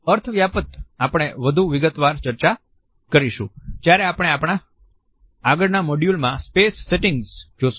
આ અર્થોવ્યાપ્ત આપણે વધુ વિગતવાર ચર્ચા કરીશું જ્યારે આપણે આગળના મોડ્યુલમાં સ્પેસ સેટિંગ્સ જોશું